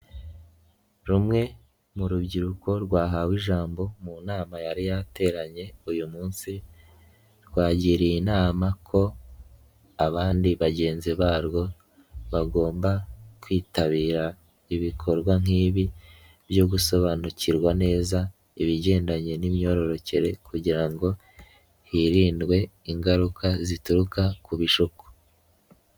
Rumwe mu rubyiruko rwahawe ijambo mu nama yari yateranye uyu munsi, rwagiriye inama ko abandi bagenzi barwo, bagomba kwitabira ibikorwa nk'ibi byo gusobanukirwa neza ibigendanye n'imyororokere kugira ngo hirindwe ingaruka zituruka ku bishuko.